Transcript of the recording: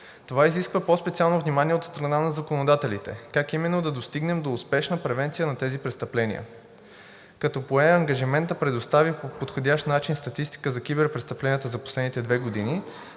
Това изисква по-специално внимание от страна на законодателите – как именно да достигнем до успешна превенция на тези престъпления. Като пое ангажимент да предостави по подходящ начин статистика за киберпрестъпленията за последните две години,